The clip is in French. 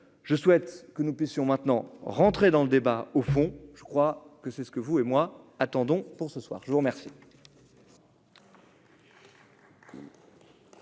je souhaite que nous puissions maintenant rentrer dans le débat au fond, je crois que c'est ce que vous et moi attendons pour ce soir, je vous remercie.